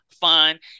fun